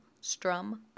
strum